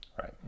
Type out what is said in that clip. Right